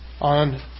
on